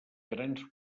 grans